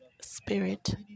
spirit